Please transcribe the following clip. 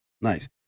Nice